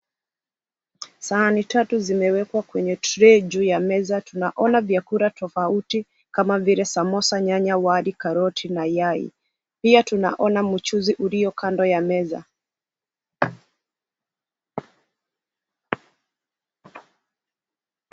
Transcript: Sahani tatu zimewekwa kwenye tray juu ya meza. Tunaona vyakula tofauti kama vile; samosa, nyanya, wali, karoti na yai. Pia tunaona mchuzi ulio kando ya meza.